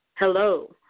Hello